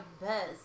best